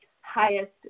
highest